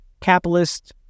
capitalist